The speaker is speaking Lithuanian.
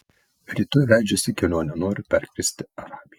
rytoj leidžiuosi kelionėn noriu perkirsti arabiją